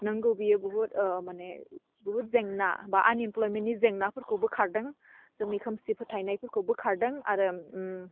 नोंगौ बेयो बुहुत ओह माने बुहुत जेंना बा आनइमप्लइमेन्टनि जेंनाफोरखौ बोखारदों जोंनि खोमसि फोथायनायफोरखौ बोखारदों आरो ओम